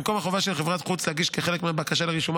במקום החובה של חברת-חוץ להגיש כחלק מהבקשה לרישומה